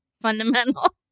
fundamental